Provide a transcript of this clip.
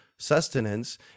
sustenance